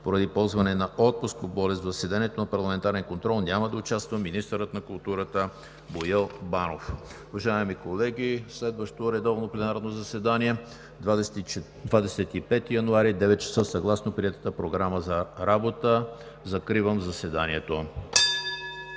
Поради ползване на отпуск по болест в заседанието за парламентарен контрол няма да участва министърът на културата Боил Банов. Уважаеми колеги, следващото редовно пленарно заседание – 25 януари, 9,00 ч., съгласно приетата Програма за работа. Закривам заседанието.